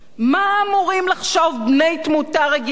מה אמורים לחשוב בני תמותה רגילים,